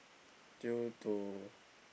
due to